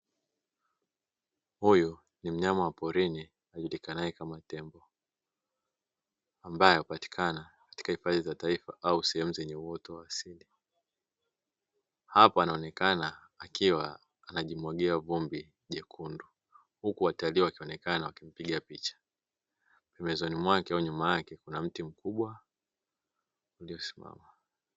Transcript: Huyu ni mnyama wa porini ajulikanaye kama tembo, ambaye hupatikana katika hifadhi za taifa au sehemu zenye uoto wa asili. Hapa anaonekana akiwa anajimwagia vumbi jekundu, huku watalii wakionekana wakimpiga picha; mezani mwake au nyuma yake kuna mti mkubwa uliosimama.